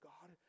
God